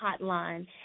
Hotline